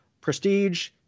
prestige